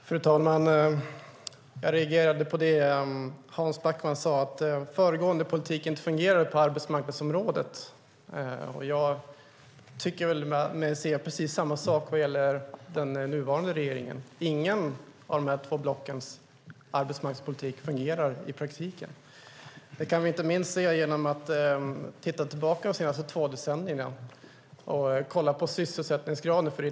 Fru talman! Jag reagerade på att Hans Backman sade att den föregående politiken inte fungerade på arbetsmarknadsområdet. Jag tycker mig se samma sak med den nuvarande politiken. Inget av de båda blockens arbetsmarknadspolitik fungerar i praktiken. Det kan vi se inte minst genom att titta på sysselsättningsgraden under de senaste två decennierna.